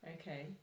Okay